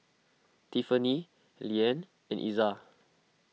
Tiffany Liane and Iza